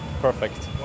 Perfect